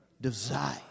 desire